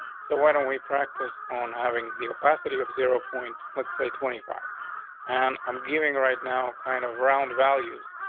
so why don't we practice on having the capacity of zero point? let's say twenty five and i'm giving right now kind of round values,